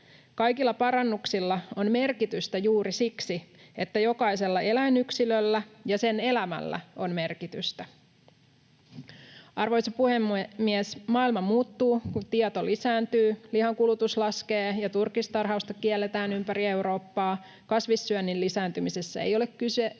Kaikilla parannuksilla on merkitystä juuri siksi, että jokaisella eläinyksilöllä ja sen elämällä on merkitystä. Arvoisa puhemies! Maailma muuttuu, kun tieto lisääntyy. Lihankulutus laskee, ja turkistarhausta kielletään ympäri Eurooppaa. Kasvissyönnin lisääntymisessä ei ole kyse